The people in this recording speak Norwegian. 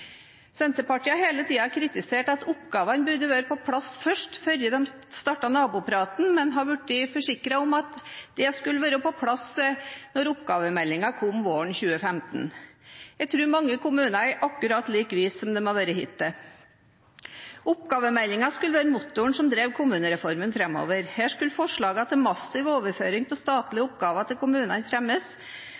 Senterpartiet har hele tiden kritisert og sagt at oppgavene burde være på plass først, før de startet nabopraten, men har blitt forsikret om at de skulle være på plass når oppgavemeldingen kom våren 2015. Jeg tror mange kommuner er akkurat like vise som de har vært hittil. Oppgavemeldingen skulle være motoren som drev kommunereformen framover. Her skulle forslagene til massiv overføring av statlige oppgaver til kommunene fremmes,